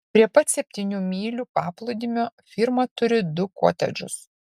prie pat septynių mylių paplūdimio firma turi du kotedžus